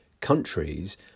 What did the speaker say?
countries